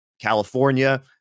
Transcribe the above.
California